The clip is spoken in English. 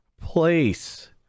place